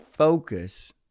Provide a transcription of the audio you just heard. focus